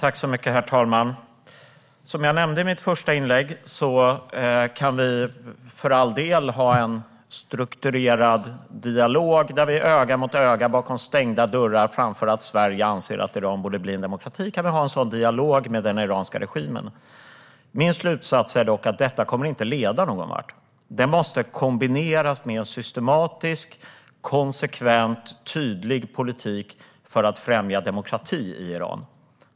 Herr talman! Som jag nämnde i mitt första inlägg kan vi för all del ha en strukturerad dialog där vi öga mot öga bakom stängda dörrar framför att Sverige anser att Iran borde bli en demokrati. En sådan dialog kan vi ha med den iranska regimen. Min slutsats är dock att detta inte kommer att leda någonvart, utan det måste kombineras med en systematisk, konsekvent och tydlig politik för att främja demokrati i Iran.